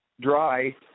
dry